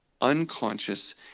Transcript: unconscious